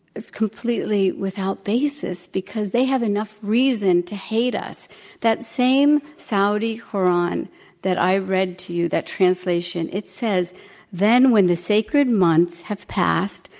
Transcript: is completely without basis because they have enough reason to hate us. zero that same saudi koran that i read to you, that translation, it says then when the sacred months have passed,